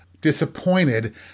disappointed